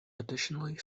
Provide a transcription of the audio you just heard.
additionally